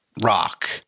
rock